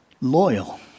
loyal